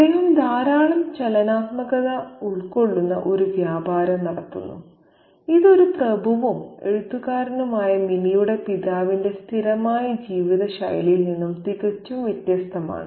അദ്ദേഹം ധാരാളം ചലനാത്മകത ഉൾക്കൊള്ളുന്ന ഒരു വ്യാപാരം നടത്തുന്നു ഇത് ഒരു പ്രഭുവും എഴുത്തുകാരനുമായ മിനിയുടെ പിതാവിന്റെ സ്ഥിരമായ ജീവിതശൈലിയിൽ നിന്ന് തികച്ചും വ്യത്യസ്തമാണ്